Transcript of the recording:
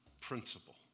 principle